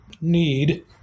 need